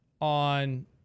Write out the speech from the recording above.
on